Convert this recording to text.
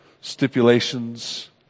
stipulations